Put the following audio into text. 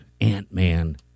Ant-Man